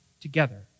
together